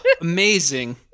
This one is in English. amazing